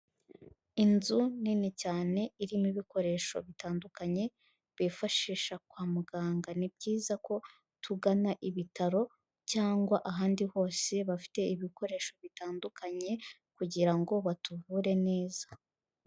Inzu nini cyane irimo ibikoresho bitandukanye bifashisha kwa muganga; ni byiza ko tugana ibitaro cyangwa ahandi hose bafite ibikoresho bitandukanye, kugira ngo batuvure neza.